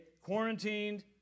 quarantined